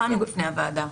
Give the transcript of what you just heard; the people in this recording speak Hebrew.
הופענו בפני הוועדה.